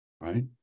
right